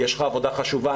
יש לך עבודה חשובה.